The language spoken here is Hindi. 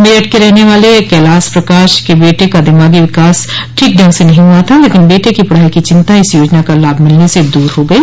मेरठ के रहने वाले कैलाश प्रकाश के बेटे का दिमागी विकास ठीक ढंग से नहीं हुआ था लेकिन बेटे की पढ़ाई की चिंता इस योजना का लाभ मिलने से दूर हो गई